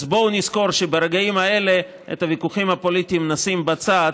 אז בואו נזכור שברגעים האלה את הוויכוחים הפוליטיים נשים בצד,